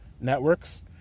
networks